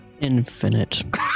Infinite